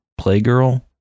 Playgirl